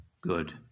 good